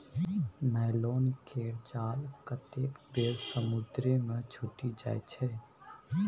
nylon केर जाल कतेक बेर समुद्रे मे छुटि जाइ छै